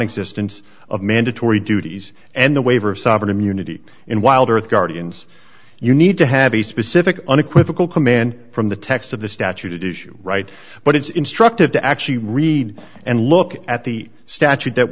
existence of mandatory duties and the waiver of sovereign immunity in wild earth guardians you need to have a specific unequivocal command from the text of the statute is you right but it's instructive to actually read and look at the statute that